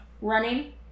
Running